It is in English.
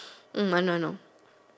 mm I know I know